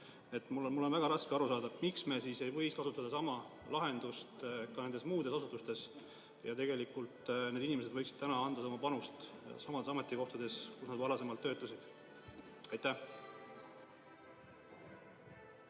Mul on väga raske aru saada, miks me ei võiks kasutada sama lahendust ka nendes muudes asutustes. Tegelikult need inimesed võiksid anda oma panust samadel ametikohtadel, kus nad varem töötasid.